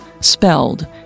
spelled